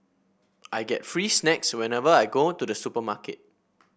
I get free snacks whenever I go to the supermarket